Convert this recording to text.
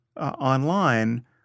Online